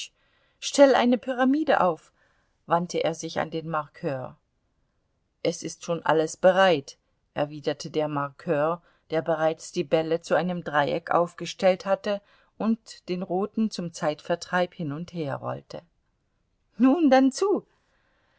stell eine pyramide auf wandte er sich an den markör es ist schon alles bereit erwiderte der markör der bereits die bälle zu einem dreieck aufgestellt hatte und den roten zum zeitvertreib hin und her rollte nun dann zu